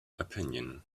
opinion